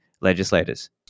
legislators